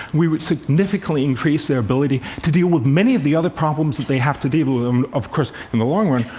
we would significantly increase their ability to deal with many of the other problems that they have to deal with um of course, in the long run,